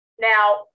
Now